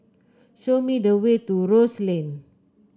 show me the way to Rose Lane